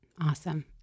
Awesome